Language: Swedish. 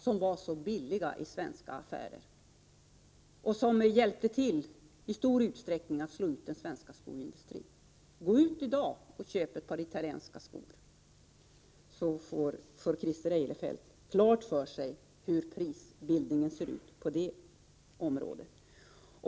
Då var de så billiga i svenska affärer och hjälpte i stor utsträckning till att slå ut den svenska skoindustrin. Gå ut, Christer Eirefelt, i dag och köp ett par italienska skor, så får ni klart för er hur prisbildningen är på det området.